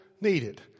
needed